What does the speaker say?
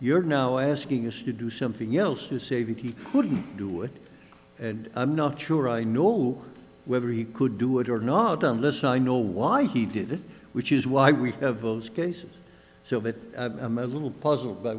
you're now asking us to do something else to save it he couldn't do it and i'm not sure i know whether he could do it or not and listen i know why he did it which is why we have those cases so but i'm a little puzzled by